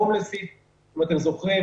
הומלסית שנעצרה אם אתם זוכרים